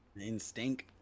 Instinct